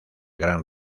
gran